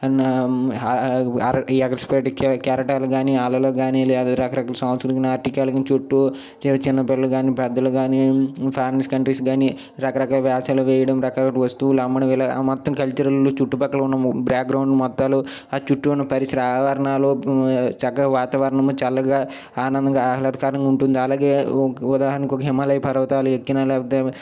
ఎగసిపడే కెరటాలు గానీ అలలు గాని లేద రకరకాల చుట్టూ చిన్న చిన్న పిల్ల గాని పెద్దలు కాని ఫారెన్ కంట్రీస్ కాని రకరకాల వ్యాసాలు వేయడం రకరకాల వస్తువులు అమ్మడం ఇలాగా మొత్తం కల్చర్లు చుట్టుపక్కల ఉన్న బ్యాక్గ్రౌండ్ మొత్తాలు ఆ చుట్టూ ఉన్న పరిసర ఆవరణాలు చక్కగా వాతావరణం చల్లగా ఆనందంగా ఆహ్లాదకరంగా ఉంటుంది అలాగే ఉదాహరణకి హిమాలయ పర్వతాలు ఎక్కిన లేకపోతే